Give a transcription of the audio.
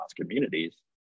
communities